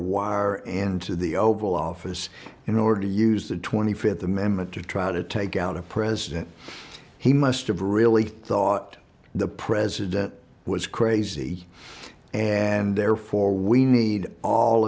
wire into the oval office in order to use the twenty fifth amendment to try to take out a president he must have really thought the president was crazy and therefore we need all